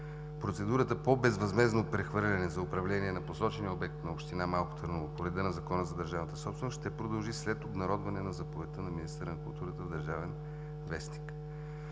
Процедурата по безвъзмездно прехвърляне за управление на посочения обект на община Малко Търново по реда на Закона за държавната собственост ще продължи след обнародване на заповедта на министъра на културата в „Държавен вестник“.